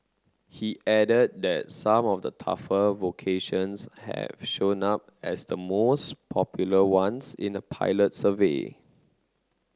he added that some of the tougher vocations have shown up as the most popular ones in a pilot survey